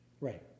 Right